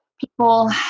people